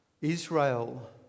Israel